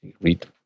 read